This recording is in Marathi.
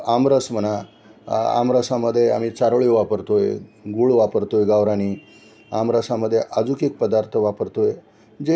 आमरस म्हणा आमरासामध्ये आम्ही चारोळी वापरतो आहे गूळ वापरतो आहे गावरानी आमरासामध्ये अजून एक पदार्थ वापरतो आहे जे